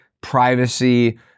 privacy